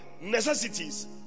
Necessities